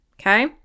Okay